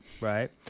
right